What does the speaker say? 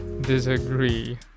disagree